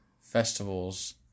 festivals